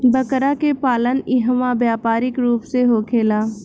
बकरा के पालन इहवा व्यापारिक रूप से होखेला